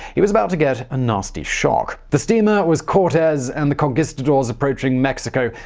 he was about to get a nasty shock. the steamer was cortez and the conquistadors approaching mexico.